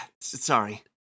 Sorry